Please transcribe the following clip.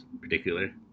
particular